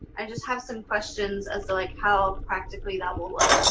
i just have some questions as to like how practically that will look.